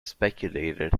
speculated